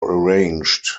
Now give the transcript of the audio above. arranged